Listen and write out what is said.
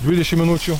dvidešimt minučių